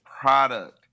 product